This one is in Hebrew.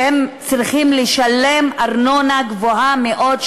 והם צריכים לשלם ארנונה גבוהה מאוד,